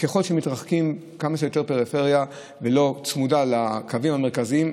ככל שמתרחקים כמה שיותר לפריפריה ולא צמודים לקווים המרכזיים,